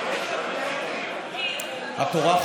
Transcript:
התורה,